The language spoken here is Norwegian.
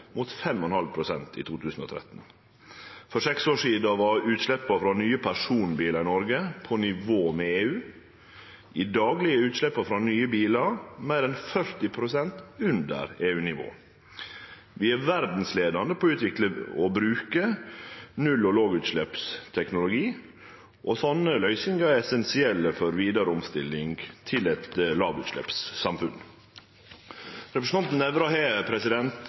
mot 5,5 pst. i 2013. For seks år sidan var utsleppa frå nye personbilar i Noreg på nivå med EU. I dag ligg utsleppa frå nye bilar meir enn 40 pst. under EU-nivået. Vi er verdsleiande i å utvikle og bruke null- og lågutsleppsteknologi, og slike løysingar er essensielle for vidare omstilling til eit lågutsleppssamfunn. Representanten